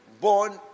born